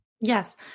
Yes